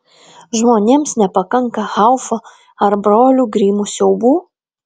žmonėms nepakanka haufo ar brolių grimų siaubų